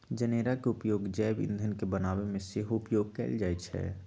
जनेरा के उपयोग जैव ईंधन के बनाबे में सेहो उपयोग कएल जाइ छइ